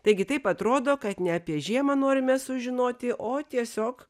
taigi taip atrodo kad ne apie žiemą norime sužinoti o tiesiog